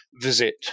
visit